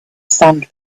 sand